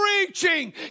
reaching